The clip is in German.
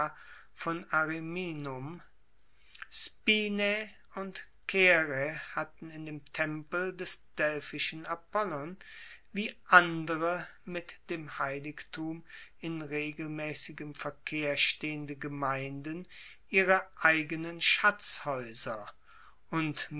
von ariminum spina und caere hatten in dem tempel des delphischen apollon wie andere mit dem heiligtum in regelmaessigem verkehr stehende gemeinden ihre eigenen schatzhaeuser und